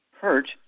hurt